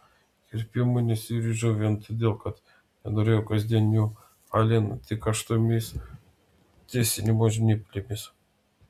kirpimui nesiryžau vien todėl kad nenorėjau kasdien jų alinti karštomis tiesinimo žnyplėmis